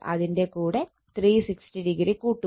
ഇതിന്റെ കൂടെ 360o കൂട്ടുക